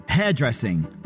Hairdressing